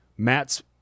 Matt's